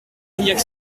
briac